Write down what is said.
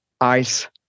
ice